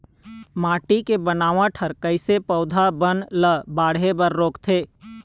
माटी के बनावट हर कइसे पौधा बन ला बाढ़े बर रोकथे?